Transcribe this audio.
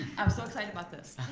i'm so excited about this,